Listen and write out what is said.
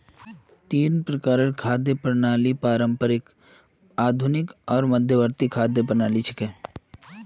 तीन प्रकारेर खाद्य प्रणालि पारंपरिक, आधुनिक आर मध्यवर्ती खाद्य प्रणालि छिके